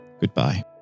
goodbye